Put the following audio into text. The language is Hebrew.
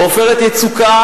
ב"עופרת יצוקה"